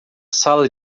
sala